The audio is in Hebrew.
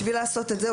בשביל לעשות את זה,